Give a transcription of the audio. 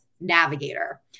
navigator